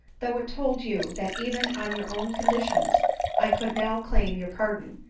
though it told you that even on your own conditions i could now claim your pardon,